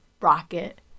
rocket